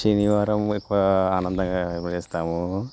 శనివారం ఎక్కువ ఆనందంగా పోయొస్తాము